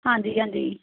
ਹਾਂਜੀ ਹਾਂਜੀ